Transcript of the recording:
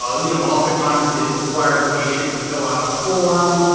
ah you know oftentimes, they require the patient to fill out a form,